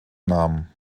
namen